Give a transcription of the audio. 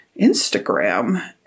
Instagram